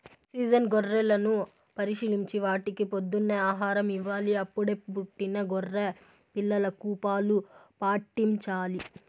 season గొర్రెలను పరిశీలించి వాటికి పొద్దున్నే ఆహారం ఇవ్వాలి, అప్పుడే పుట్టిన గొర్రె పిల్లలకు పాలు పాట్టించాలి